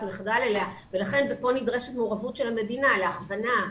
מחדל ולכן כאן נדרשת מעורבות של המדינה להכוונה,